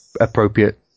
appropriate